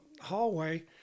hallway